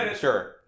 Sure